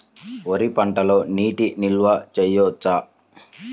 వరి పంటలో నీటి నిల్వ చేయవచ్చా?